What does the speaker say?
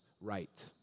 right